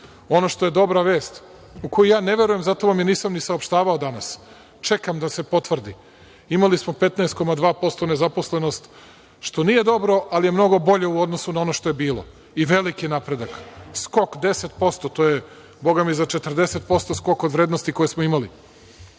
što je dobra vest, u kojoj ja ne verujem, zato vam je i nisam saopštavao danas, čekam da se potvrdi, imali smo 15,2% nezaposlenost, što nije dobro, ali je mnogo bolje u odnosu na ono što je bilo i veliki napredak. Skok 10% to je, boga mi, za 40% skok od vrednosti koje smo imali. Imamo